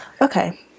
okay